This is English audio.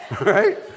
Right